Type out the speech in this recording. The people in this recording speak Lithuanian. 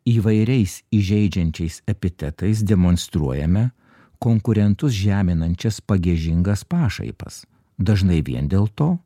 įvairiais įžeidžiančiais epitetais demonstruojame konkurentus žeminančias pagiežingas pašaipas dažnai vien dėl to